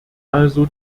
also